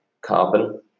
carbon